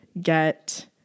get